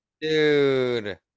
Dude